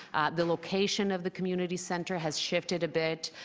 the location of the community center has shifted a bit.